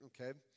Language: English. okay